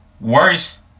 worse